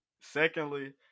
Secondly